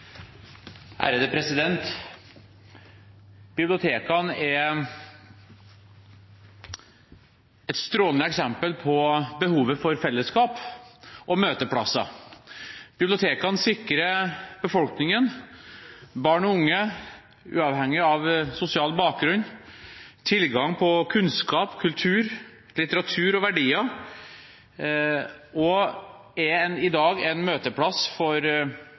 unge kulturbrukere. Bibliotekene er et strålende eksempel på behovet for fellesskap og møteplasser. Bibliotekene sikrer befolkningen, barn og unge, uavhengig av sosial bakgrunn, tilgang på kunnskap, kultur, litteratur og verdier og er i dag en møteplass